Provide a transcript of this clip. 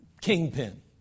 kingpin